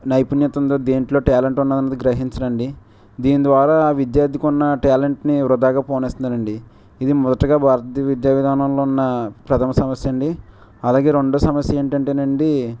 నైపుణ్యత ఉందో దేనిలో ట్యాలెంట్ ఉన్నది అని గ్రహించరండి దీని ద్వారా ఆ విద్యార్థికున్న ట్యాలెంట్ని వృధాగా పోనిస్తున్నారండి ఇది మొదటగా భారత విద్యా విధానంలో ఉన్న ప్రథమ సమస్య అండి అలాగే రెండో సమస్య ఏంటంటేనండి